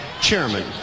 chairman